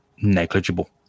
negligible